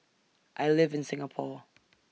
I live in Singapore